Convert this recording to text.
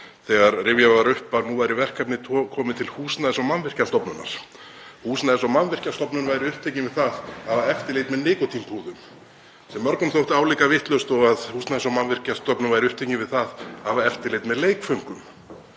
þegar rifjað var upp að nú væri verkefnið komið til Húsnæðis- og mannvirkjastofnunar. Húsnæðis- og mannvirkjastofnun væri upptekin við að hafa eftirlit með nikótínpúðum, sem mörgum þótti álíka vitlaust og að Húsnæðis- og mannvirkjastofnun væri upptekin við að hafa eftirlit með leikföngum.